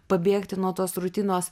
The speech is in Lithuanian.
pabėgti nuo tos rutinos